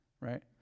right